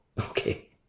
okay